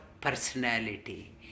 personality